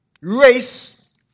race